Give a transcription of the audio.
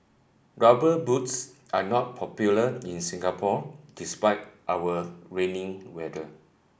rubber boots are not popular in Singapore despite our rainy weather